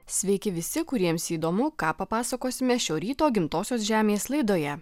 sveiki visi kuriems įdomu ką papasakosime šio ryto gimtosios žemės laidoje